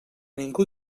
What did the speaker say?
ningú